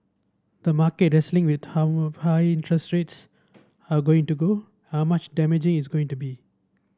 the market is wrestling with how high rates are going to go are much damaging is going to be